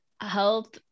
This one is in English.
health